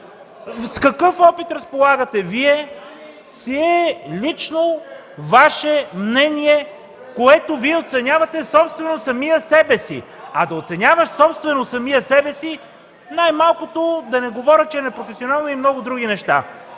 с какъв опит разполагате Вие, си е лично Ваше мнение, с което Вие оценявате собствено самия себе си, а да оценяваш собствено самия себе си най-малкото е, да не говоря, че е непрофесионално, то е и много други неща.